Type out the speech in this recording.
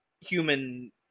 human